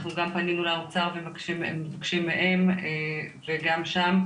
אנחנו גם פנינו לאוצר ומבקשים מהם, וגם שם.